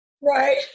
Right